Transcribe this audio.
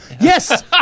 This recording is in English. Yes